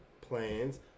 Plans